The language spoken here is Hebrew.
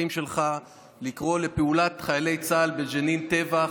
שלך לקרוא לפעולת חיילי צה"ל בג'נין טבח.